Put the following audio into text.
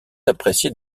appréciée